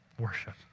worship